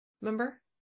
remember